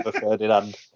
Ferdinand